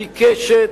עיקשת,